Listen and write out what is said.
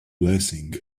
blessing